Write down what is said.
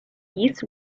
yeast